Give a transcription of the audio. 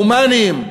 הומניים,